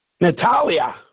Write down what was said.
Natalia